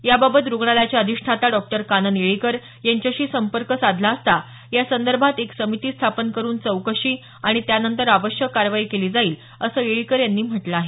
याबाबत रुग्णालयाच्या अधिष्ठाता डॉक्टर कानन येळीकर यांच्याशी संपर्क साधला असता यासंदर्भात एक समिती स्थापन करून चौकशी आणि त्यानंतर आवश्यक कार्यवाही केली जाईल असं येळीकर यांनी म्हटलं आहे